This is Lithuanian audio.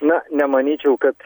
na nemanyčiau kad